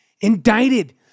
indicted